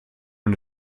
und